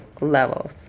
levels